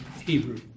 Hebrew